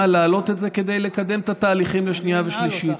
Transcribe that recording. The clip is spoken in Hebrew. כדי לקדם את התהליכים לשנייה ושלישית.